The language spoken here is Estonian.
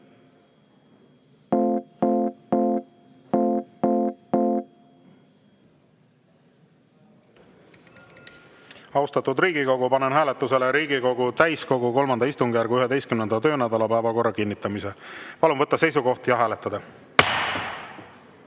Riigikogu, panen hääletusele Riigikogu täiskogu III istungjärgu 11. töönädala päevakorra kinnitamise. Palun võtta seisukoht ja hääletada!